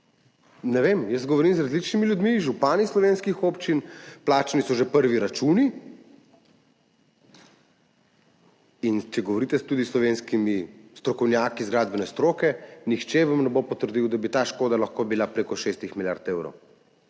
Ne vem, jaz govorim z različnimi ljudmi, z župani slovenskih občin, plačani so že prvi računi. In če govorite tudi s slovenskimi strokovnjaki iz gradbene stroke, nihče vam ne bo potrdil, da bi ta škoda lahko bila preko šestih milijard evrov.